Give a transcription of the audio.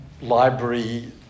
library